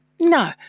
No